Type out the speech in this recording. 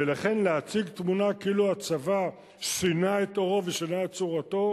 ולכן להציג תמונה כאילו הצבא שינה את עורו ושינה את צורתו,